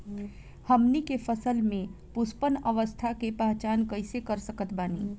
हमनी के फसल में पुष्पन अवस्था के पहचान कइसे कर सकत बानी?